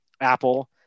Apple